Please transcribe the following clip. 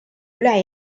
üle